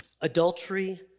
adultery